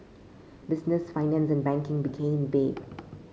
business finance and banking became big